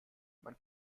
man